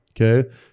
Okay